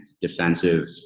defensive